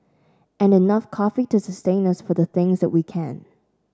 and enough coffee to sustain us for the things we can